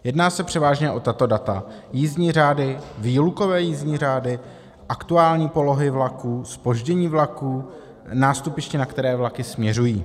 Jedná se převážně o tato data: jízdní řády, výlukové jízdní řády, aktuální polohy vlaků, zpoždění vlaků, nástupiště, na které vlaky směřují.